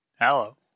Hello